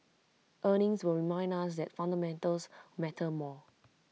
earnings will remind us that fundamentals matter more